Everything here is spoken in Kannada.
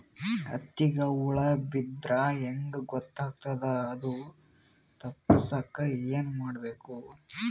ಹತ್ತಿಗ ಹುಳ ಬಿದ್ದ್ರಾ ಹೆಂಗ್ ಗೊತ್ತಾಗ್ತದ ಅದು ತಪ್ಪಸಕ್ಕ್ ಏನ್ ಮಾಡಬೇಕು?